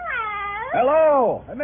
hello